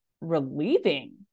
relieving